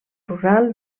rural